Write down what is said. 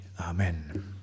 Amen